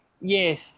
Yes